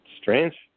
Strange